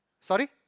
Sorry